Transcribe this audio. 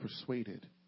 persuaded